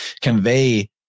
convey